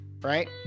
right